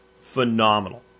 phenomenal